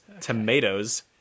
tomatoes